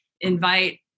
invite